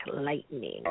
Lightning